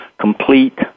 complete